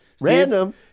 Random